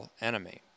enemy